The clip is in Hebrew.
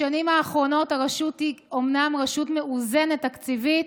בשנים האחרונות הרשות היא אומנם רשות מאוזנת תקציבית